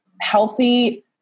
healthy